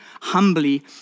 humbly